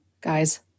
guys